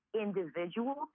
individual